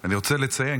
אני רוצה לציין.